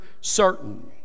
certain